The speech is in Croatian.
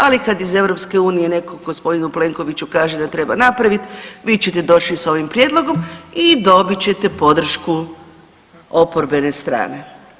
Ali kad iz EU netko gospodinu Plenkoviću kaže da treba napraviti vi ćete doći s ovim prijedlogom i dobit ćete podršku oporbene strane.